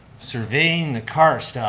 surveying the karst.